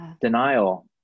denial